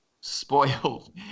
spoiled